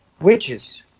witches